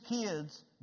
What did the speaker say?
kids